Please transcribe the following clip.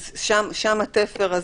שם התפר,